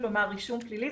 כלומר רישום פלילי.